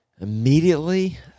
Immediately